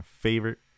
favorite